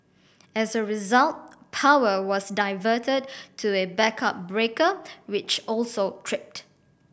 as a result power was diverted to a backup breaker which also tripped